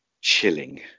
chilling